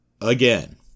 Again